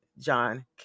john